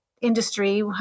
industry